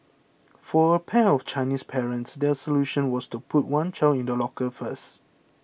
for a pair of Chinese parents their solution was to put one child in a locker first